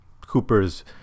Cooper's